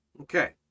okay